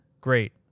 great